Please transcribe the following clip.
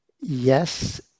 yes